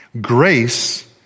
Grace